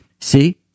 see